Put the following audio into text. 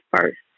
first